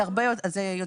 זה הרבה יותר פשוט.